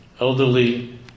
elderly